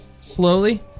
slowly